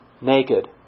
naked